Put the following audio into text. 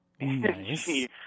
Nice